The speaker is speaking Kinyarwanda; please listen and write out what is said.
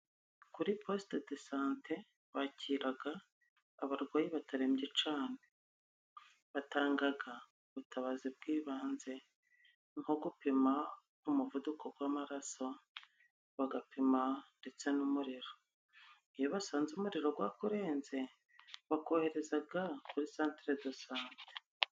Kuri posite do sante bakiraga abarwayi batarembye cane. Batangaga ubutabazi bw'ibanze, nko gupima umuvuduko gw'amaraso bagapima ndetse n'umuriro. Iyo basanze umuriro gwakurenze, bakoherezaga kuri santere do sante.